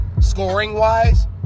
scoring-wise